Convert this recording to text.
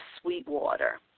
Sweetwater